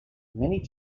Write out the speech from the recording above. many